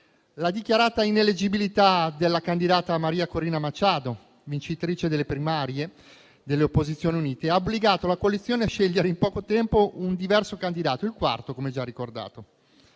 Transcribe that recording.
la dichiarata ineleggibilità della candidata Maria Corina Machado, vincitrice delle primarie delle opposizioni unite, ha obbligato la coalizione a scegliere in poco tempo un diverso candidato - il quarto, come già ricordato